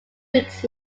weeks